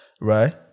right